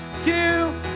two